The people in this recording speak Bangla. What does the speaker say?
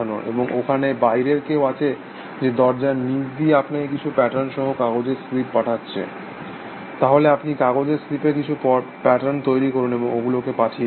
এবং ওখানে বাইরের কেউ আছে যে দরজার নিচ দিয়ে আপনাকে কিছু প্যাটার্ন সহ কাগজের স্লিপ পাঠাচ্ছে তাহলে আপনি কাগজের স্লিপে কিছু প্যাটার্ন তৈরি করুন এবং ওগুলোকে পাঠিয়ে দিন